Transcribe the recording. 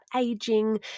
aging